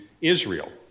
Israel